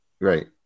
right